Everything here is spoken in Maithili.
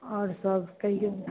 आओर सब कहिऔ